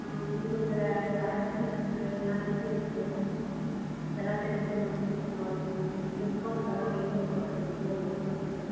ஆ உங்களதில் கலெக்ஷன்ஸெல்லாம் எப்படி இருக்குது இதெல்லாம் தெரிஞ்சுக்கலான்னு சொல்லிட்டு கால் பண்ணோம் டிஸ்கவுண்டெல்லாம் எவ்வளோ போடுறீங்க கோல்டுக்கு